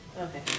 Okay